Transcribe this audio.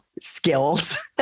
skills